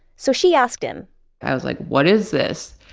so she asked him i was like, what is this?